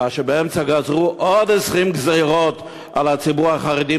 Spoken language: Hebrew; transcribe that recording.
כאשר באמצע גזרו עוד 20 גזירות על הציבור החרדי,